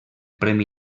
premi